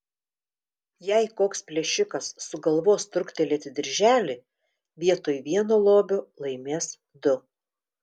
jei koks plėšikas sugalvos truktelėti dirželį vietoj vieno lobio laimės du